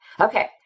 okay